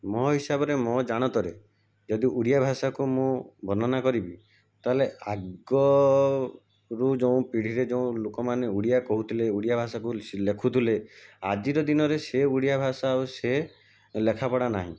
ମୋ ହିସାବରେ ମୋ ଜାଣତରେ ଯଦି ଓଡ଼ିଆ ଭାଷାକୁ ବର୍ଣ୍ଣନା କରିବି ତାହେଲେ ଆଗରୁ ଯେଉଁ ପିଢ଼ିରେ ଯେଉଁ ଲୋକମାନେ ଓଡ଼ିଆ କହୁଥିଲେ ଓଡ଼ିଆ ଭାଷାକୁ ଲେଖୁଥିଲେ ଆଜିର ଦିନରେ ସେ ଓଡ଼ିଆ ଭାଷା ଆଉ ସେ ଲେଖା ପଢ଼ା ନାହିଁ